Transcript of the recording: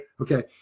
Okay